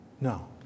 No